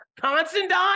Constantine